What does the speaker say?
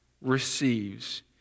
receives